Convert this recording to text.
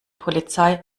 polizei